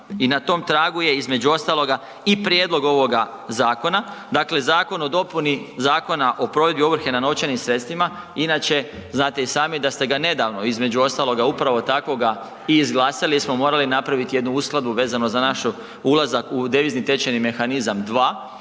I na tom tragu je između ostaloga i prijedlog ovog zakona, dakle zakon o dopuni Zakona o provedbi ovrhe na novčanim sredstvima, inače, znate i sami da ste ga nedavno između ostaloga upravo takvoga i izglasali jer smo morali napraviti jednu uskladu vezano za naš ulazak u devizni tečajni mehanizam II